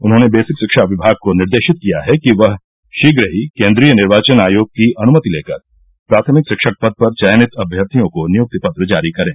उन्होंने बेसिक शिक्षा विभाग को निर्देशित किया है कि वह शीघ्र ही केन्द्रीय निर्वाचन आयोग की अनुमति लेकर प्राथमिक शिक्षक पद पर चयनित अभ्यर्थियों को नियुक्ति पत्र जारी करें